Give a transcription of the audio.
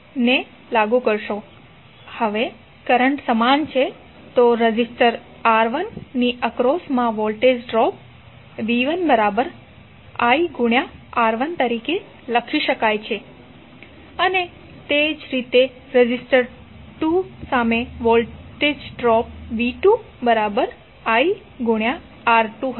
હવે કરંટ સમાન છે તો રેઝિસ્ટર R1 ની એક્રોસમા વોલ્ટેજ ડ્રોપ v1iR1 તરીકે લખી શકાય છે અને તે જ રીતે રેઝિસ્ટર 2 સામે વોલ્ટેજ ડ્રોપv2iR2 હશે